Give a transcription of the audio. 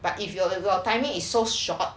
but if you are the timing is so short